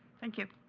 thank you.